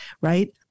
right